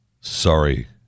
Sorry